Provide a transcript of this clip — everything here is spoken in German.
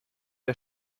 der